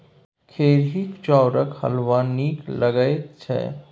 खेरहीक चाउरक हलवा नीक लगैत छै